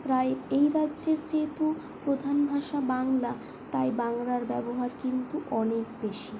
প্রায় এই রাজ্যের যেহেতু প্রধান ভাষা বাংলা তাই বাংলার ব্যবহার কিন্তু অনেক বেশি